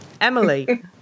Emily